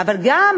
אבל גם